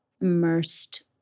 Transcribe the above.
immersed